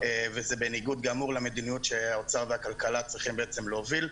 וזה בניגוד גמור למדיניות שהאוצר והכלכלה צריכים בעצם להוביל,